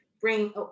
bring